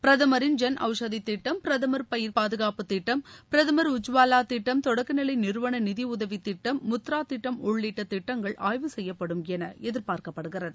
பிரதமரின் ஜன் அவ்ஷதி திட்டம் பிரதமர் பயிர் பாதுகாப்பு திட்டம் பிரதமர் உஜ்வாவா திட்டம் தொடக்க நிலை நிறுவன நிதி உதவி திட்டம் முத்ரா திட்டம் உள்ளிட்ட திட்டங்கள் ஆய்வு செய்யப்படும் என எதிர்பார்க்கப்படுகிறது